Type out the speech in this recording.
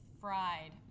fried